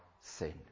sin